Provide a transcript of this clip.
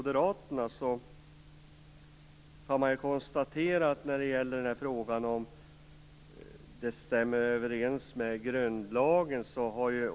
Den ena gäller frågan om detta stämmer överens med grundlagen.